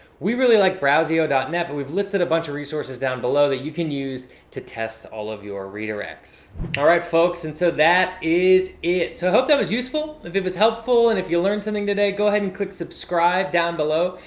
we really like browsio dot net but we've listed a bunch of resources down below that you can use to test all of your redirects. all right folks, and so that is it. so i hope that was useful. if it was helpful and if you learned something today, go ahead and click subscribe down below,